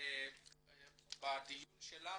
בדיון שלנו.